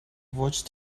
watched